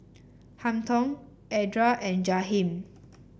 Hampton Edra and Jaheem